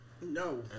No